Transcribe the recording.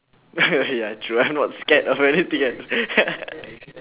ya true I'm not scared of anything ya